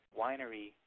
winery